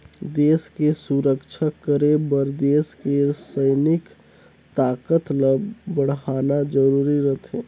देस के सुरक्छा करे बर देस के सइनिक ताकत ल बड़हाना जरूरी रथें